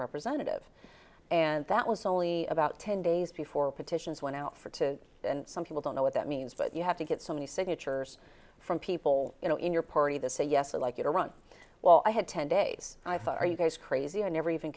representative and that was only about ten days before petitions went out for to and some people don't know what that means but you have to get so many signatures from people you know in your party the say yes like iran well i had ten days i thought are you guys crazy i never even